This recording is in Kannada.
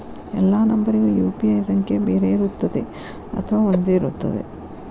ಎಲ್ಲಾ ನಂಬರಿಗೂ ಯು.ಪಿ.ಐ ಸಂಖ್ಯೆ ಬೇರೆ ಇರುತ್ತದೆ ಅಥವಾ ಒಂದೇ ಇರುತ್ತದೆ?